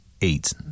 eat